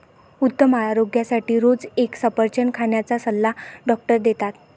उत्तम आरोग्यासाठी रोज एक सफरचंद खाण्याचा सल्ला डॉक्टर देतात